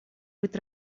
быть